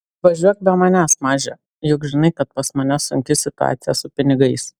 važiuok be manęs maže juk žinai kad pas mane sunki situaciją su pinigais